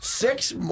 Six